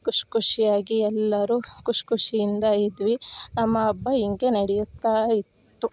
ಖುಶ್ ಖುಷ್ಯಾಗಿ ಎಲ್ಲರು ಖುಶ್ ಖುಷಿ ಇಂದ ಇದ್ವಿ ನಮ್ಮ ಹಬ್ಬ ಹಿಂಗೆ ನಡೆಯುತ್ತ ಇತ್ತು